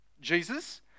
Jesus